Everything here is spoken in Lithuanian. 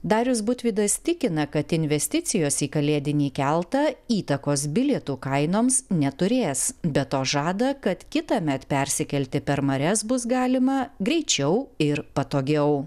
darius butvydas tikina kad investicijos į kalėdinį keltą įtakos bilietų kainoms neturės be to žada kad kitąmet persikelti per marias bus galima greičiau ir patogiau